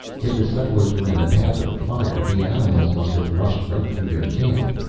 if the settlers were in the path of the fire, the animals must have rushed right through their camp.